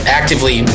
actively